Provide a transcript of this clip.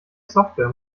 software